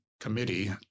committee